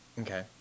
Okay